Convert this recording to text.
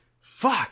fuck